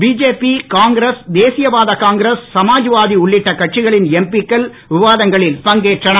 BJP Congress தேசியவாத Congress Samajwadi உள்ளிட்ட கட்சிகளின் எம்பி க்கள் விவாதங்களில் பங்கேற்றன